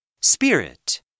Spirit